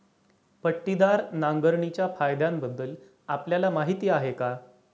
पट्टीदार नांगरणीच्या फायद्यांबद्दल आपल्याला माहिती आहे का?